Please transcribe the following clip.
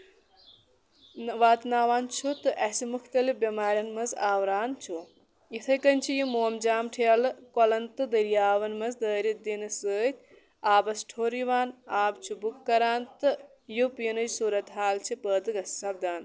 واتناوان چھُ تہٕ اَسہِ مُختٔلِف بیمارٮ۪ن منٛز آوٕران چھُ یِتھٕے کَنۍ چھِ یِم مومجام ٹھیلہٕ کۄلَن تہٕ دریاون منٛز دٲرِتھ دِنہٕ سۭتۍ آبس ٹھوٚر یِوان آب چھُ بُک کران تہٕ یُپ یِنٕچ صوٗرت حال چھِ پادٕ گَس سَپدان